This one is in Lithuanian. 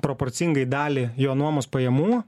proporcingai dalį jo nuomos pajamų